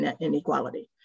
inequality